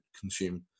consume